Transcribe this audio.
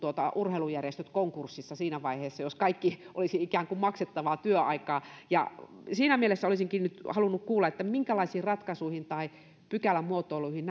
urheilujärjestöt konkurssissa siinä vaiheessa jos kaikki olisi ikään kuin maksettavaa työaikaa siinä mielessä olisinkin nyt halunnut kuulla minkälaisiin ratkaisuihin tai pykälämuotoiluihin